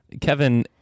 kevin